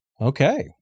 Okay